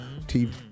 TV